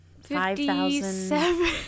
Fifty-seven